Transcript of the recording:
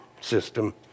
system